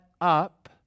up